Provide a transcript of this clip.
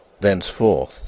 Thenceforth